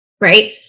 right